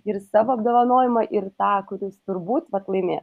ir savo apdovanojimą ir tą kuris turbūt vat laimės